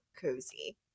cozy